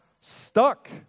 stuck